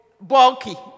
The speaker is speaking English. bulky